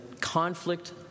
conflict